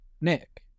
Nick